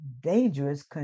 dangerous